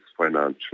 financial